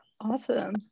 Awesome